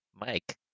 Mike